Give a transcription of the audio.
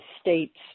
states